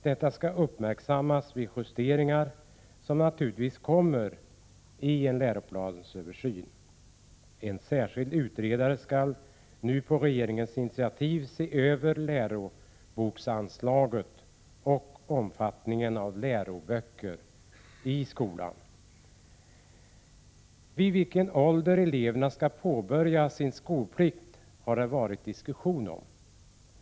Detta skall uppmärksammas vid de justeringar som naturligtvis kommer att göras i samband med en läroplansöversyn. En särskild utredare skall nu på regeringens initiativ se över frågan om läroboksanslaget och undersöka i vilken omfattning läroböcker förekommer i skolan. Vid vilken ålder skolplikten skall inträda har det varit diskussion om.